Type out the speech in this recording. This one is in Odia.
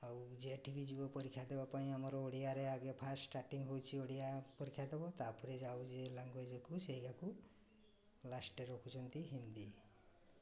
ଆଉ ଯେଉଁଠି ବି ଯିବ ପରୀକ୍ଷା ଦେବା ପାଇଁ ଆମର ଓଡ଼ିଆରେ ଆଗେ ଫାଷ୍ଟ୍ ଷ୍ଟାର୍ଟିଙ୍ଗ୍ ହେଉଛି ଓଡ଼ିଆ ପରୀକ୍ଷା ଦେବ ତା'ପରେ ଯାଉଛି ଲାଙ୍ଗୁଏଜ୍କୁ ସେଇଟାକୁ ଲାଷ୍ଟ୍ରେ ରଖୁଛନ୍ତି ହିନ୍ଦୀ